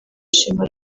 shima